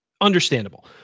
understandable